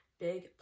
big